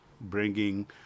bringing